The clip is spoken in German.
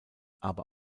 aber